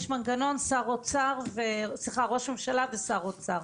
ולומר שיש מנגנון ראש ממשלה ושר אוצר.